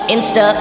Insta